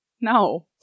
No